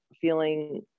feeling